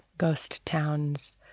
ghost towns.